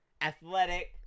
athletic